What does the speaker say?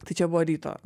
tai čia buvo ryto